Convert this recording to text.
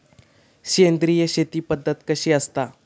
सेंद्रिय शेती पद्धत कशी असता?